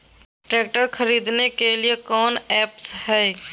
Tractor खरीदने के लिए कौन ऐप्स हाय?